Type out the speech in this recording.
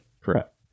Correct